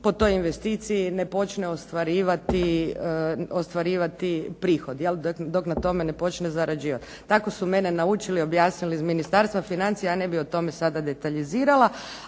po toj investiciji ne počne ostvarivati prihod, dok na tome ne počne zarađivati. Tako su mene naučili, objasnili iz Ministarstva financija. Ja ne bi o tome sada detaljizirati,